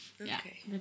Okay